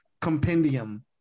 compendium